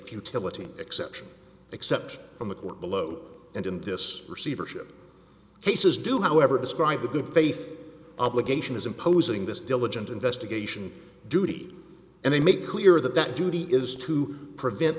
futility exception except from the court below and in this receivership cases do however describe the good faith obligation as imposing this diligent investigation duty and they make clear that that duty is to prevent